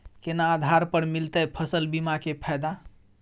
केना आधार पर मिलतै फसल बीमा के फैदा?